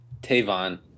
Tavon